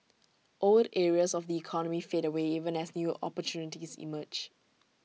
old areas of the economy fade away even as new opportunities emerge